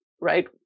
right